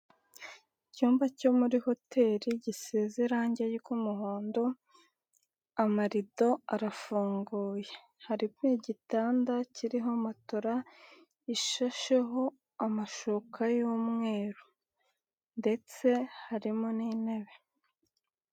Icyumba cyo muri hoteri gisize irange ry'umuhondo, amarido arafunguye. Hariho igitanda kiriho matora ishasheho amashuka y'umweru ndetse harimo n'intebe.